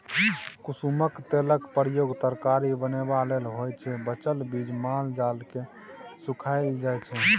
कुसुमक तेलक प्रयोग तरकारी बनेबा लेल होइ छै बचल चीज माल जालकेँ खुआएल जाइ छै